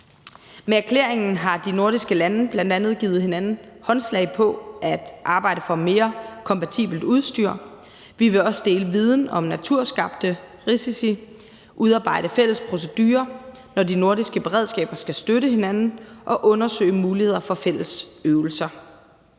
Med erklæringen har de nordiske lande bl.a. givet hinanden håndslag på at arbejde for mere kompatibelt udstyr. Vi vil også dele viden om naturskabte risici, udarbejde fælles procedurer, når de nordiske beredskaber skal støtte hinanden, og undersøge muligheder for fælles øvelser.